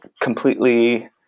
Completely